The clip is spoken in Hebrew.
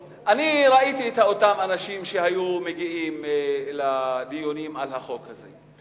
ראיתי את אותם אנשים שהיו מגיעים לדיונים על החוק הזה.